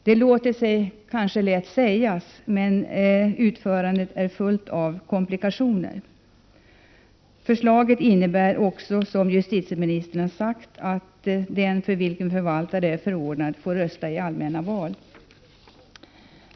Det låter sig lätt sägas, men utförandet är fullt av komplikationer. Förslaget innebär också, som justitieministern sagt, att den för vilken förvaltare är förordnad får rösta i allmänna val.